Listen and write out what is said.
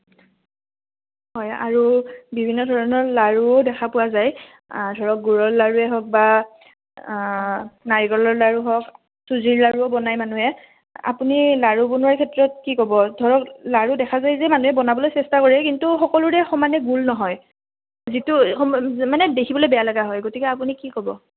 হয় আৰু বিভিন্ন ধৰণৰ লাৰুও দেখা পোৱা যায় ধৰক গুৰৰ লাৰুৱে হওক বা নাৰিকলৰ লাৰু হওক চুজি লাৰুও বনাই মানুহে আপুনি লাৰু বনোৱাৰ ক্ষেত্ৰত কি ক'ব ধৰক লাৰু দেখা যায় যে মানুহে বনাবলৈ চেষ্টা কৰে কিন্তু সকলোৰে সমানে গুল নহয় যিটো সমা মানে দেখিবলৈ বেয়া লগা হয় গতিকে আপুনি কি ক'ব